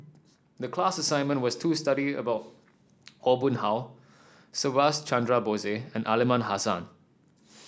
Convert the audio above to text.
the class assignment was to study about Aw Boon Haw Subhas Chandra Bose and Aliman Hassan